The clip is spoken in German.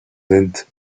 sind